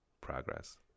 progress